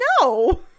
no